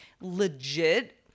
legit